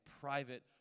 private